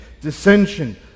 dissension